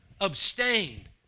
Abstain